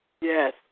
Yes